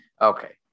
Okay